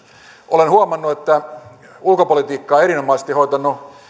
olen huomannut että ulkopolitiikkaa erinomaisesti hoitanut